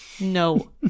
No